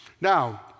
Now